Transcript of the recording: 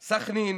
סח'נין,